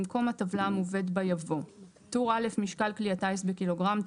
במקום הטבלה המובאת בה יבוא: טור א': משקל כלי הטיס בקילוגרם.